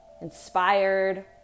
inspired